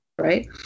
Right